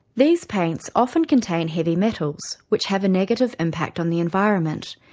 these paints often contain heavy metals which have a negative impact on the environment.